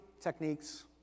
techniques